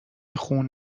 خون